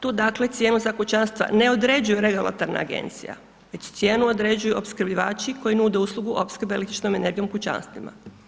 Tu dakle cijenu za kućanstva ne određuju regulatorna agencija već cijenu određuju opskrbljivači koji nude uslugu opskrbe električnom energijom u kućanstvima.